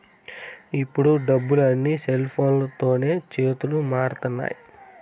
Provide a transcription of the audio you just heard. ఇప్పుడు డబ్బులు అన్నీ సెల్ఫోన్లతోనే చేతులు మారుతున్నాయి